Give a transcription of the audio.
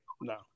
No